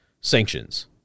sanctions